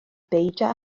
beidio